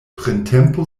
printempo